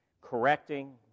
correcting